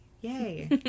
Yay